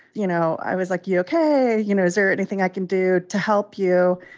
you know, i was like, you ok? you know, is there anything i can do to help you?